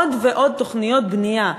עוד ועוד תוכניות בנייה,